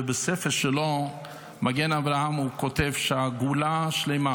בספר שלו מגן אברהם הוא כתב שהגאולה השלמה